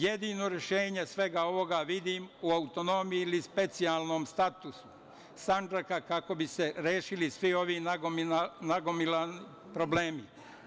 Jedino rešenje svega ovoga vidim u autonomiji ili specijalnom statusu Sandžaka, kako bi se rešili svi ovi nagomilani problemi.